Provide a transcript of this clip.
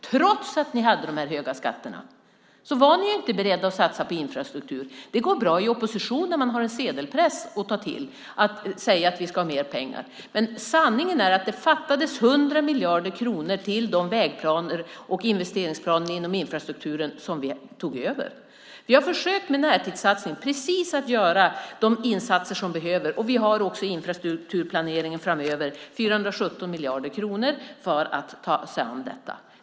Trots att ni hade höga skatter var ni inte beredda att satsa på infrastruktur. Det går bra i opposition när man har en sedelpress att ta till att säga att vi ska ha mer pengar. Sanningen är dock att det fattades 100 miljarder kronor till de vägplaner och investeringsplaner inom infrastrukturen som vi tog över. Vi har med närtidssatsning försökt att göra precis de insatser som behöver göras. Vi har också infrastrukturplaneringen framöver med 417 miljarder kronor för att ta fram detta.